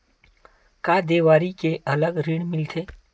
का देवारी के अलग ऋण मिलथे?